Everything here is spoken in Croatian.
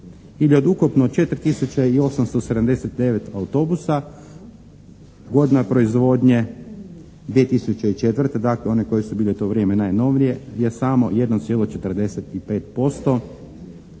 4 tisuće i 879 autobusa godina proizvodnje 2004., dakle one koje su bile u to vrijeme najnovije je samo 1,45%